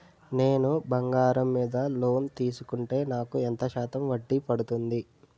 నేను బంగారం మీద లోన్ తీసుకుంటే నాకు ఎంత శాతం వడ్డీ పడుతుంది?